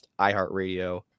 iHeartRadio